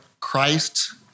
Christ